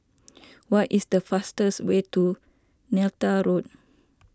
what is the fastest way to Neythal Road